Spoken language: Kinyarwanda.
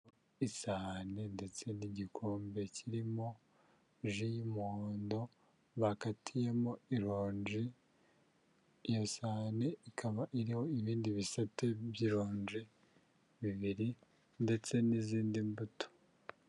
Isahani ndetse n'igikombe kirimo ji y'umuhondo bakatiyemo ironje, iyo sahani ikaba iriho ibindi bisate by'ironji bibiri ndetse n'izindi mbuto.